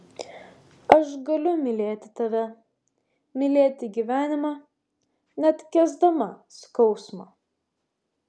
aš galiu mylėti tave mylėti gyvenimą net kęsdama skausmą